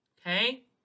Okay